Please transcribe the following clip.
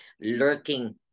lurking